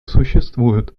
существуют